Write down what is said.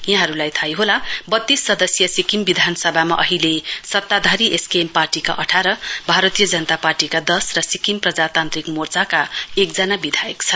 यहाँहरूलाई थाहै होला बत्तीस सदस्यीय सिक्किम बिधानसभामा अहिले सत्ताधारी एसकेएम पार्टीका अठार भारतीय जनता पार्टीका दस र सिक्किम प्रजातान्त्रिक मोर्चाका एकजना विधायक छन्